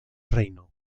reino